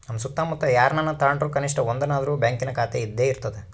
ನಮ್ಮ ಸುತ್ತಮುತ್ತ ಯಾರನನ ತಾಂಡ್ರು ಕನಿಷ್ಟ ಒಂದನಾದ್ರು ಬ್ಯಾಂಕಿನ ಖಾತೆಯಿದ್ದೇ ಇರರ್ತತೆ